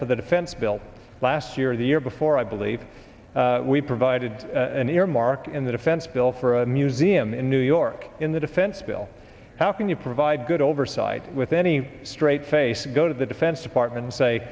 for the defense bill last year the year before i believe we provided an earmark in the defense bill for a museum in new york in the defense bill how can you provide good oversight with any straight face go to the defense department and say